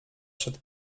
przed